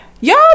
y'all